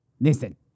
Listen